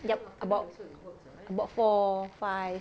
yup about about four five